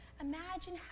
imagine